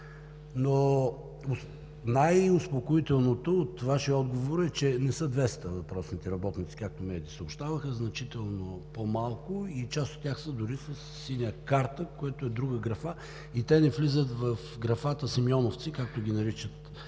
Най-успокоителното от Вашия отговор е, че не са 200 въпросните работници, както медиите съобщаваха. Значително по-малко са и част от тях са дори със „Синя карта“, което е друга графа, и те не влизат в графата „Симеоновци“, както ги наричат